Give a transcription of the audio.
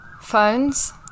phones